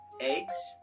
eggs